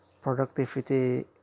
productivity